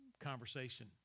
conversation